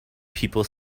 people